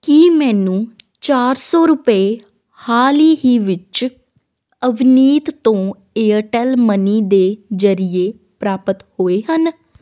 ਕੀ ਮੈਨੂੰ ਚਾਰ ਸੌ ਰੁਪਏ ਹਾਲ ਹੀ ਵਿੱਚ ਅਵਨੀਤ ਤੋਂ ਏਅਰਟੈੱਲ ਮਨੀ ਦੇ ਜ਼ਰੀਏ ਪ੍ਰਾਪਤ ਹੋਏ ਹਨ